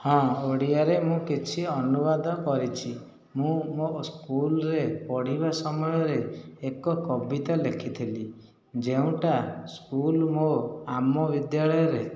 ହଁ ଓଡ଼ିଆରେ ମୁଁ କିଛି ଅନୁବାଦ କରିଛି ମୁଁ ମୋ' ସ୍କୁଲ୍ରେ ପଢ଼ିବା ସମୟରେ ଏକ କବିତା ଲେଖିଥିଲି ଯେଉଁଟା ସ୍କୁଲ୍ ମୋ' ଆମ ବିଦ୍ୟାଳୟରେ